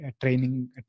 training